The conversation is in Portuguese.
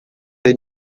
the